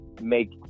make